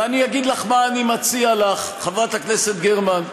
ואני אגיד לך מה אני מציע לך, חברת הכנסת גרמן.